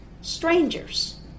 strangers